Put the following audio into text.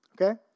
okay